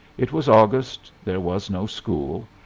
it was august, there was no school,